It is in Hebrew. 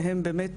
שהם באמת,